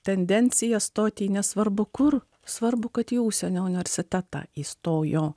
tendencija stoti į nesvarbu kur svarbu kad į užsienio universitetą įstojo